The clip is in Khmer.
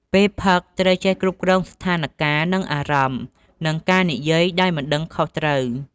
ពេលផឹកត្រូវចេះគ្រប់គ្រងស្ថានការ និងអារម្មណ៍ និងការនិយាយដោយមិនដឹងខុសត្រូវ។